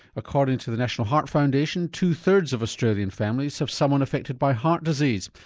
according to the national heart foundation two thirds of australian families have someone affected by heart disease,